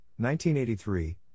1983